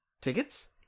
tickets